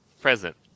present